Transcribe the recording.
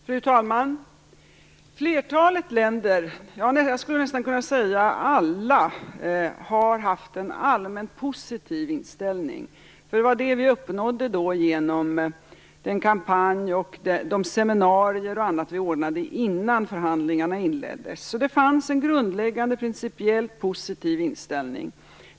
Fru talman! Flertalet länder - jag skulle nästan kunna säga alla - har haft en allmänt positiv inställning. Det var vad vi uppnådde genom den kampanj, de seminarier och annat som vi ordnade innan förhandlingarna inleddes. Det finns alltså en grundläggande principiellt positiv inställning.